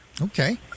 Okay